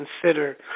consider